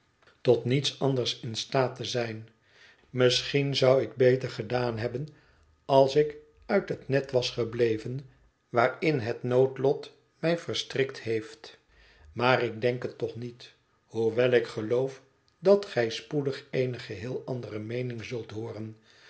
tot niets anders in staat te zijn misschien zou ik beter gedaan hebben als ik uit het net was gebleven waarin het noodlot mij verstrikt heeft maar ik denk het toch niet hoewel ik geloof dat gij spoedig eene geheel andere meening zult hooren